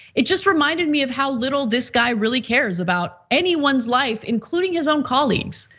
it just reminded me of how little this guy really cares about anyone's life, including his own colleagues.